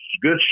good